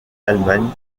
allemagne